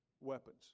weapons